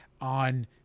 on